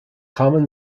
common